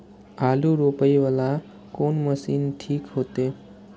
आलू रोपे वाला कोन मशीन ठीक होते?